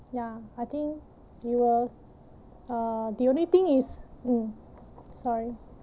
ya I think you will uh the only thing is mm sorry